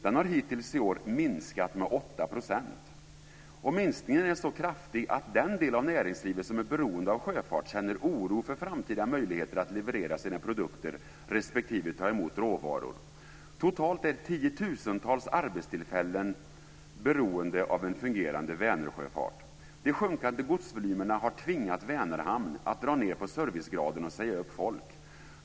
Den har hittills i år minskat med 8 %. Minskningen är så kraftig att den del av näringslivet som är beroende av sjöfart känner oro för framtida möjligheter att leverera sina produkter respektive ta emot råvaror. Totalt är tiotusentals arbetstillfällen beroende av en fungerande Vänersjöfart. De sjunkande godsvolymerna har tvingat Vänerhamn att dra ned på servicegraden och säga upp folk.